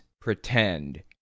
pretend